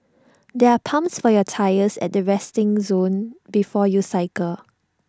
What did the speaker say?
there are pumps for your tyres at the resting zone before you cycle